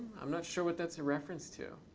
i'm not sure what that's a reference to.